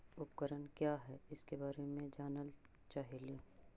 उपकरण क्या है इसके बारे मे जानल चाहेली?